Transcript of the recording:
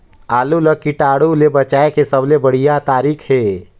आलू ला कीटाणु ले बचाय के सबले बढ़िया तारीक हे?